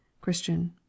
Christian